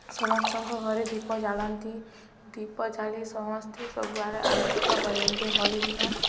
ସମସ୍ତଙ୍କ ଘରେ ଦୀପ ଜାଳନ୍ତି ଦୀପ ଜାଳି ସମସ୍ତେ ସବୁଆଡ଼େ ଆଲୋକିତ କରିନ୍ତି ହୋଲି ଦିନ